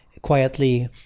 quietly